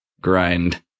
grind